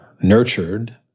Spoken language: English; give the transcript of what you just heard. nurtured